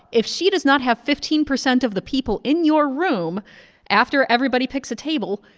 if she does not have fifteen percent of the people in your room after everybody picks a table,